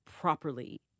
properly